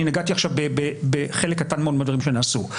אני נגעתי עכשיו בחלק קטן מאוד מהדברים שנעשו.